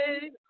Hey